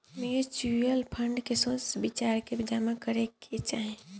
mutual fund में सोच विचार के जामा करे के चाही